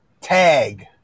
Tag